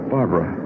Barbara